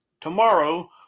tomorrow